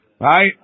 right